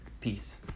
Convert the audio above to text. Peace